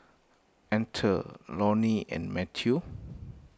Arthor Lollie and Mathews